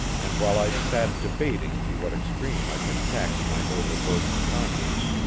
and while i sat debating to what extreme i could tax my over-burdened conscience,